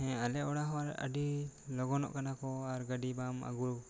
ᱦᱮᱸ ᱟᱞᱮ ᱚᱲᱟᱜ ᱦᱚᱲ ᱟᱹᱰᱤ ᱞᱚᱜᱚᱱᱚᱜ ᱠᱟᱱᱟ ᱟᱨ ᱜᱟᱹᱰᱤ ᱵᱟᱢ ᱟᱹᱜᱩ ᱞᱮᱫᱟ